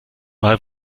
mal